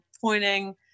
pointing